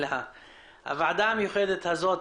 הוועדה המיוחדת הזו,